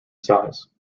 size